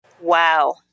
Wow